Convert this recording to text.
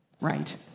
right